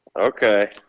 okay